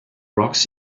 rocks